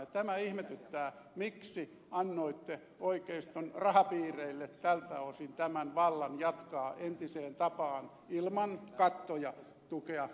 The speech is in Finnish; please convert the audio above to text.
tämä ihmetyttää miksi annoitte oikeiston rahapiireille tältä osin tämän vallan jatkaa entiseen tapaan ilman kattoja tukea vaalityötä